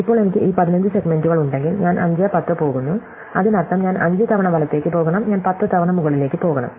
ഇപ്പോൾ എനിക്ക് ഈ 15 സെഗ്മെന്റുകളുണ്ടെങ്കിൽ ഞാൻ 510 പോകുന്നു അതിനർത്ഥം ഞാൻ 5 തവണ വലത്തേക്ക് പോകണം ഞാൻ 10 തവണ മുകളിലേക്ക് പോകണം